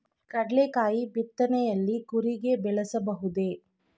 ಕಡ್ಲೆಕಾಯಿ ಬಿತ್ತನೆಯಲ್ಲಿ ಕೂರಿಗೆ ಬಳಸಬಹುದೇ?